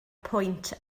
pwynt